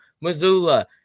Missoula